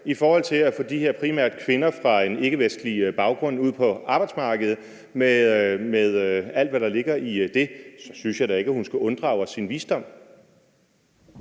i forhold til at få de her primært kvinder fra en ikkevestlig baggrund ud på arbejdsmarkedet, med alt, hvad der ligger i det, så synes jeg da ikke, at hun skal unddrage os sin visdom.